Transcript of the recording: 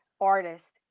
artist